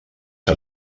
que